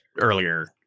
earlier